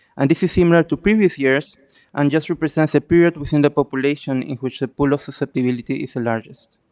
and this is similar to previous years and just represents a period within the population in which the pool of susceptibility is the largest.